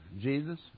Jesus